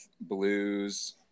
blues